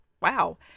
wow